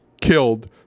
killed